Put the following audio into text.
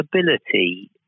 ability